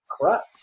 Correct